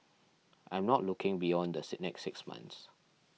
I'm not looking beyond the next six months